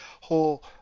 whole